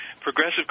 progressive